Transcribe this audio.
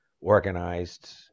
organized